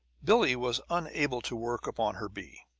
billie was unable to work upon her bee.